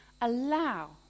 allow